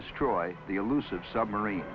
destroy the elusive submarine